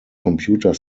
computer